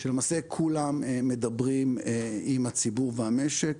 שלמעשה כולם מדברים עם הציבור והמשק.